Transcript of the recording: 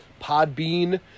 Podbean